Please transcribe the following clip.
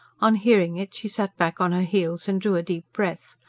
on hearing it, she sat back on her heels and drew a deep breath.